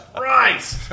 Right